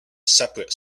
separate